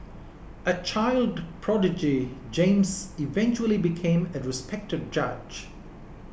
a child prodigy James eventually became a respected judge